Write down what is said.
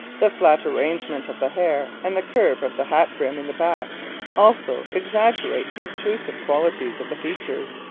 the flat arrangement of the hair and the curve of the hat-brim in the back also exaggerate the obtrusive qualities of the features.